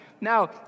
Now